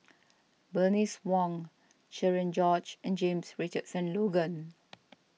Bernice Wong Cherian George and James Richardson Logan